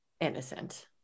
innocent